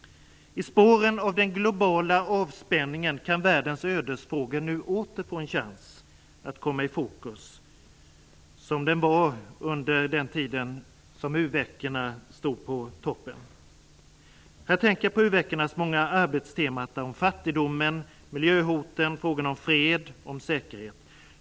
I spåren av den globala avspänningen kan världens ödesfrågor nu åter få en chans att komma i fokus. Jag tänker på u-veckornas många arbetsteman om fattigdomen, miljöhoten och frågorna om fred och säkerhet.